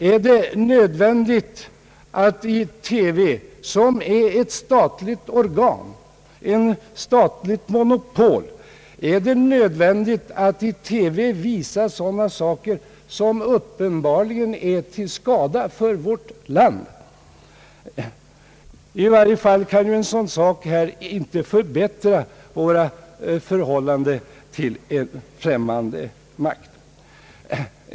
är det nöd vändigt att i TV — som är ett statligt organ, ett statligt monopol — visa så dant som uppenbarligen är till skada för vårt land? I varje fall kan en sådan sak inte förbättra våra förhållanden till en främmande makt.